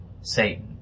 Satan